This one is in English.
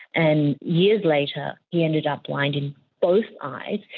and years later he ended up blind in both eyes.